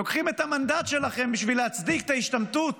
לוקחים את המנדט שלכם בשביל להצדיק את ההשתמטות